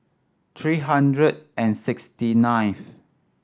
three hundred and sixty ninth